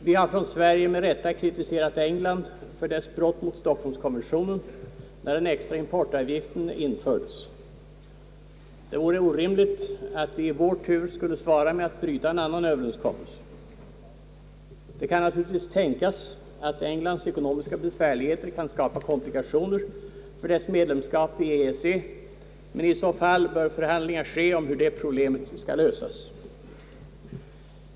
Vi har i Sverige med rätta kritiserat England för dess brott mot Stockholmskonventionen när den extra importavgiften infördes. Det vore orimligt att vi i vår tur skulle svara med att bryta en annan Överenskommelse. Det kan naturligtvis tänkas att Englands ekonomiska besvärligheter kan skapa komplikationer för dess medlemsskap i EEC, men i så fall bör förhandlingar ske om hur de problemen skall lösas.